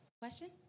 Question